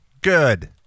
Good